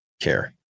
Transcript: Care